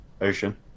ocean